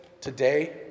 today